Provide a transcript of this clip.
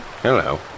Hello